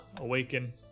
awaken